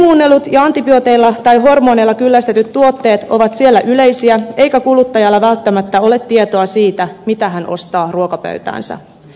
geenimuunnellut ja antibiooteilla tai hormoneilla kyllästetyt tuotteet ovat siellä yleisiä eikä kuluttajalla välttämättä ole tietoa siitä mitä hän ostaa ruokapöytäänsä